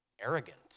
arrogant